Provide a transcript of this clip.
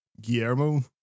Guillermo